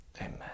Amen